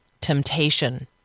temptation